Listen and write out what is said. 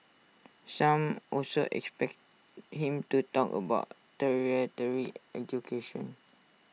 some also expect him to talk about tertiary education